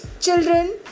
Children